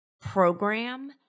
program